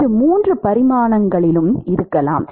இது மூன்று பரிமாணங்களிலும் இருக்கலாம்